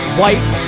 white